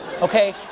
okay